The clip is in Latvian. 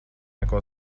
neko